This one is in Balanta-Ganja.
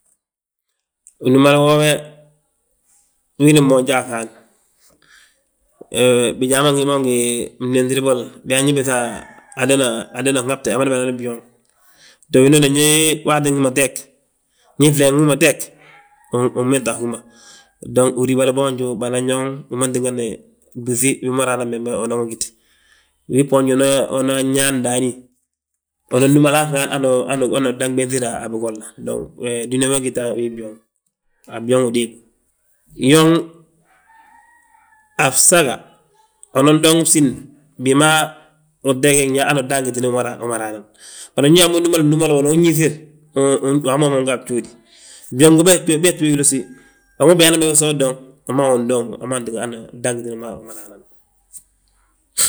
Unúmali woo we, wi mida boonja a hal, he bijaa ma ngi gí mo ngi bdémtir bolla, biyaa: Ndu ubiiŧa adano nhabe amada madani byooŋ. Te winooni ndi waati wi ma teeg, ndi flee wi ma teeg, unbita a hú ma. Dong uriibali boonju, banan yoŋ wi tíngani blúŧi wi ma raanani unan wi giti. Wii bboonj unan yaa ndaa unan númali a hal hanu danɓenŧire a bigolla, dong dúniyaa ma gita a bii byooŋ, a byooŋ wi déelu. Byooŋ, a fsaga, inan dooŋ bsín bi ma uteegin yaa hanu udan gitini wi ma raanan. Ndu uyaa mo nyaa bnúmli bolo, hín yifir wammu wammu nga bjóodi, byooŋ bee ggí winoosi, wi ma biyaanan be so dooŋ wi ma wi undooŋi. Wi ma tigani udan gitini wi ma raanan.